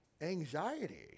anxiety